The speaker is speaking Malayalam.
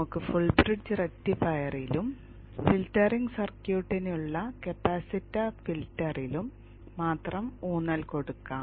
നമുക്ക് ഫുൾബ്രിഡ്ജ് റക്റ്റിഫയറിലും ഫിൽട്ടറിംഗ് സർക്യൂട്ടിനുള്ള കപ്പാസിറ്റർ ഫിൽട്ടറിലും മാത്രം ഊന്നൽ കൊടുക്കാം